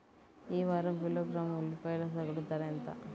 ఈ వారం కిలోగ్రాము ఉల్లిపాయల సగటు ధర ఎంత?